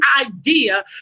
idea